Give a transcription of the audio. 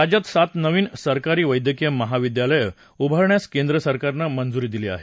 राज्यात सात नवीन सरकारी बैद्यकीय महाविद्यालयं उभारण्यास केंद्र सरकारनं मंजूरी दिली आहे